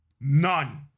None